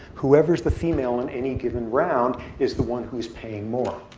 whoever's the female in any given round is the one who's paying more.